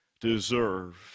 deserve